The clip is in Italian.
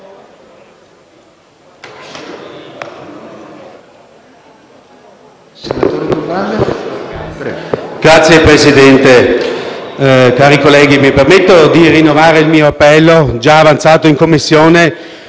Signor Presidente, cari colleghi, mi permetto di rinnovare il mio appello, già avanzato in Commissione,